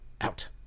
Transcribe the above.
Out